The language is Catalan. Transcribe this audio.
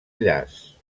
llaç